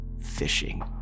fishing